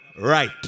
right